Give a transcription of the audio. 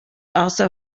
also